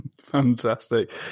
Fantastic